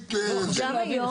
מקצועית בשביל זה.